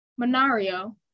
Monario